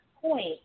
point